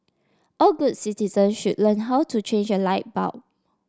all good citizen should learn how to change a light bulb